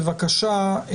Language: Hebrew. בבקשה.